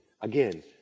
again